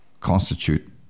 constitute